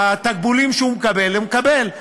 התקבולים שהוא מקבל, הוא מקבל.